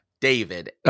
david